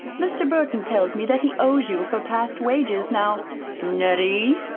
mr. burton tells me that he owes you for past wages. now nettie!